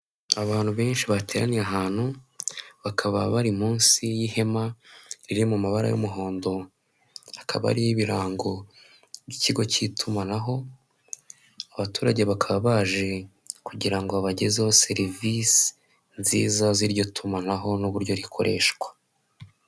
Abantu benshi bateraniye ahantu bakaba bari munsi y'ihema riri mu mabara y'umuhondo, ha akaba ari ibirango by'ikigo cy'itumanaho. Abaturage bakaba baje kugira ngo babagezeho serivisi nziza z'iryo tumanaho n'uburyo rikoreshwa.